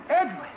Edwin